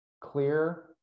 clear